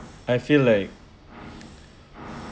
I feel like